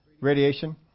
radiation